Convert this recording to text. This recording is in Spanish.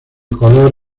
color